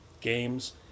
games